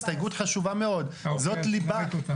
אני מאוד רוצה לדבר,